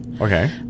okay